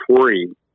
free